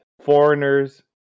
foreigners